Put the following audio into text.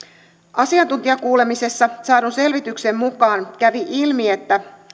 asiantuntijakuulemisessa saadun selvityksen mukaan kävi ilmi että